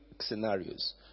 scenarios